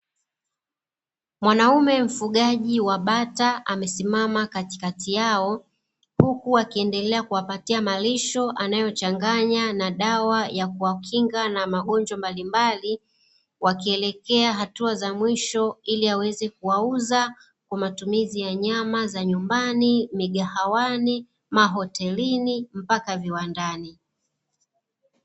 Mwanaume mfugaji wa bata amesimama katikati yao huku akiendelea kuwapatia malisho anayochanganya na dawa ya kuwakinga na magonjwa mbalimbali, wakielekea hatua za mwisho ili aweze kuwauza kwa matumizi ya nyama za nyumbani, migahawani, mahotelini mpaka viwandani.